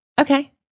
Okay